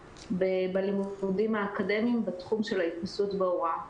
בלימודים האקדמיים בתחום של ההתנסות בהוראה.